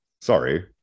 Sorry